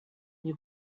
you